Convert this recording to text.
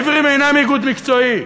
העיוורים אינם איגוד מקצועי,